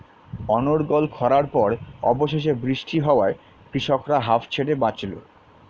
অনর্গল খড়ার পর অবশেষে বৃষ্টি হওয়ায় কৃষকরা হাঁফ ছেড়ে বাঁচল